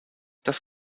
das